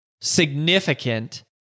significant